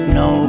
no